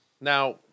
Now